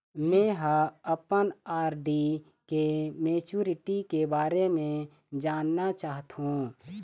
में ह अपन आर.डी के मैच्युरिटी के बारे में जानना चाहथों